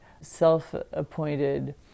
self-appointed